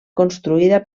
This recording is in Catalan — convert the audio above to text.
construïda